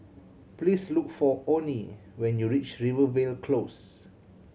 please look for Onnie when you reach Rivervale Close